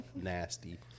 nasty